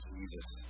Jesus